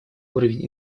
уровень